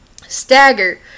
Stagger